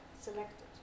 selected